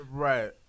Right